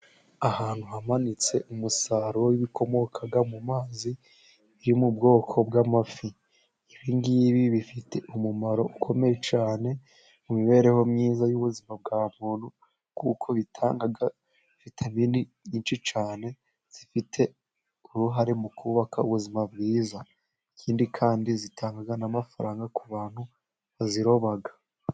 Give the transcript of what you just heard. Ahantu hamanitse umusaruro w'ibikomoka mu mazi byo mu bwoko bw'amafi. Ibingiibi bifite umumaro ukomeye cyane mu mibereho myiza y'ubuzima bwa muntu, kuko bitanga vitaminini nyinshi cyane. Zifite uruhare mu kubaka ubuzima bwiza, ikindi kandi zitanga n'amafaranga ku bantu baziroba.